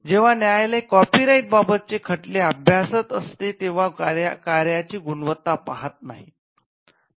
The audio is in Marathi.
जेंव्हा न्यायालय कॉपीराईट बाबतचे खटले अभ्यासत असते तेंव्हा कार्याची गुणवत्ता पाहत नाही